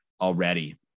already